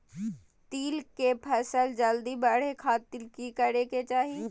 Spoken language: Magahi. तिल के फसल जल्दी बड़े खातिर की करे के चाही?